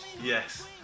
yes